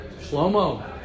Slow-mo